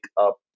up